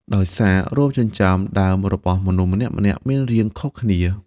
ដោយសារ រោមចិញ្ចើមដើមរបស់មនុស្សម្នាក់ៗមានរាងខុសគ្នា។